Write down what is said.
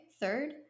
third